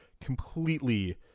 completely